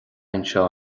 anseo